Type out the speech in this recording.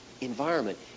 environment